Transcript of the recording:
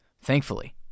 thankfully